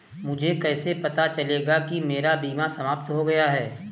मुझे कैसे पता चलेगा कि मेरा बीमा समाप्त हो गया है?